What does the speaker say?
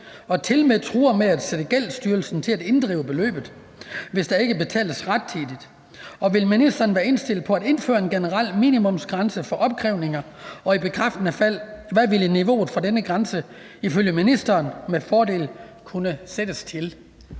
og tilmed truer med at sætte Gældsstyrelsen til at inddrive beløbet, hvis der ikke betales rettidigt, og vil ministeren være indstillet på at indføre en generel minimumsgrænse for opkrævninger, og i bekræftende fald, hvad ville niveauet for denne grænse, ifølge ministeren, med fordel kunne sættes til?